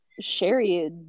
Sherry